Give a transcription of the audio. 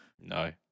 No